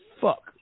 fuck